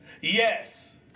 Yes